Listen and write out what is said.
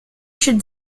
should